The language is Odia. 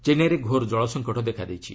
ଚେନ୍ନାଇରେ ଘୋର କଳସଙ୍କଟ ଦେଖାଦେଇଛି